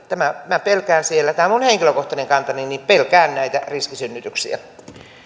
minä pelkään tämä on minun henkilökohtainen kantani näitä riskisynnytyksiä